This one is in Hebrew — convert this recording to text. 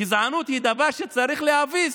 גזענות היא דבר שצריך להביס,